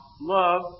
love